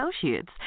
Associates